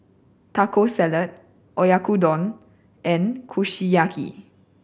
Taco Salad Oyakodon and Kushiyaki